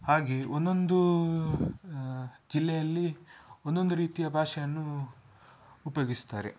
ಹಾಗೆ ಒಂದೊಂದು ಜಿಲ್ಲೆಯಲ್ಲಿ ಒಂದೊಂದು ರೀತಿಯ ಭಾಷೆಯನ್ನು ಉಪಯೋಗಿಸ್ತಾರೆ